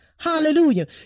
Hallelujah